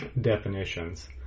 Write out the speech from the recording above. definitions